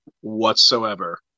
whatsoever